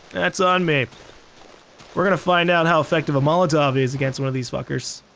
that's on me we're going to find out how effective a molotov is against one of these fuckers.